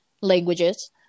languages